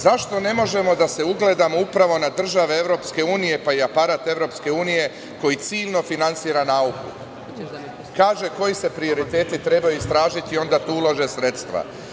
Zašto ne možemo da se upravo ugledamo na države EU, pa i aparat EU, koji ciljno finansira nauku, kaže koji se prioriteti trebaju istražiti i onda tu ulože sredstva?